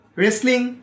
wrestling